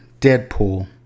Deadpool